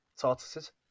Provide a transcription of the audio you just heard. tortoises